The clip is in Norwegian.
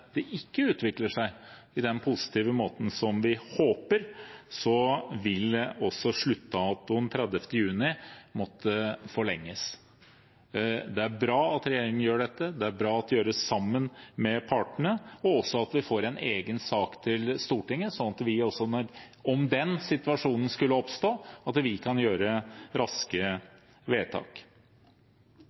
det ikke utvikler seg på den positive måten som vi håper, vil sluttdatoen – 30. juni – måtte forlenges. Det er bra at regjeringen gjør dette. Det er bra at det gjøres sammen med partene, og at vi får en egen sak til Stortinget, sånn at vi, om den situasjonen skulle oppstå, kan gjøre raske vedtak.